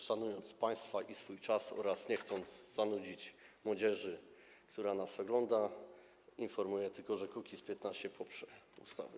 Szanując państwa i swój czas oraz nie chcąc zanudzić młodzieży, która nas ogląda, informuję tylko, że Kukiz’15 poprze ustawę.